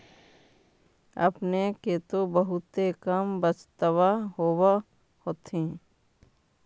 अपने के तो बहुते कम बचतबा होब होथिं?